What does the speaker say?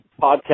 podcast